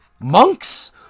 Monks